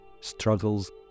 struggles